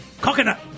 Coconut